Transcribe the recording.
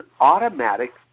automatic